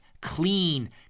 clean